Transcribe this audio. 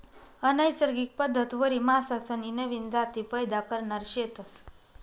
अनैसर्गिक पद्धतवरी मासासनी नवीन जाती पैदा करणार शेतस